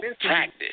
practice